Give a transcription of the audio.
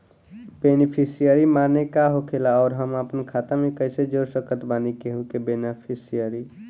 Beneficiary माने का होखेला और हम आपन खाता मे कैसे जोड़ सकत बानी केहु के बेनीफिसियरी?